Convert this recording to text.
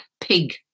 pig